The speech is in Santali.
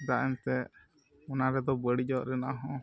ᱪᱮᱫᱟᱜ ᱮᱱᱛᱮᱫ ᱚᱱᱟ ᱨᱮᱫᱚ ᱵᱟᱹᱲᱤᱡᱚᱜ ᱨᱮᱱᱟᱜ ᱦᱚᱸ